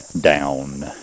down